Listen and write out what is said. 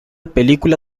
película